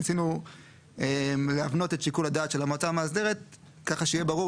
ניסינו להבנות את שיקול הדעת של המועצה המאסדרת כך שיהיה ברור